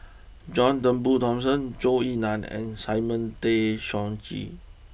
John Turnbull Thomson Zhou Ying Nan and Simon Tay Seong Chee